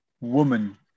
woman